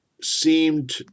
seemed